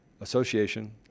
Association